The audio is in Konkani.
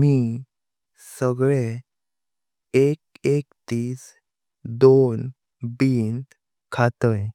मी सगळे एक एक दीस दोन बिन खाताई।